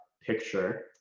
picture